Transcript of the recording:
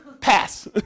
Pass